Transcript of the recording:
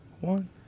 one